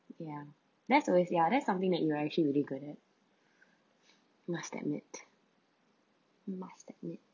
ya that's always ya that's something that you actually really good at must admit must admit